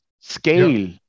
scale